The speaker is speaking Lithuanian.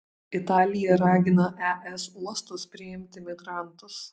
italija ragina es uostus priimti migrantus